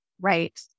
Right